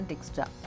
Extra